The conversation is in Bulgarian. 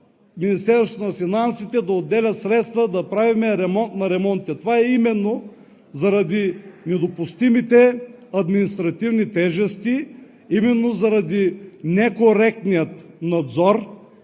Министерството на финансите да отделя средства да правим ремонт на ремонтите. Това е именно заради недопустимите административни тежести, именно заради некоректния надзор,